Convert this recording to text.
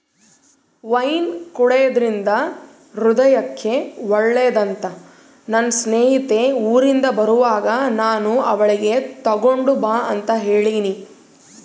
wine ಕುಡೆದ್ರಿಂದ ಹೃದಯಕ್ಕೆ ಒಳ್ಳೆದಂತ ನನ್ನ ಸ್ನೇಹಿತೆ ಊರಿಂದ ಬರುವಾಗ ನಾನು ಅವಳಿಗೆ ತಗೊಂಡು ಬಾ ಅಂತ ಹೇಳಿನಿ